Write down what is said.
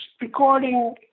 recording